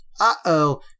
uh-oh